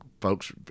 folks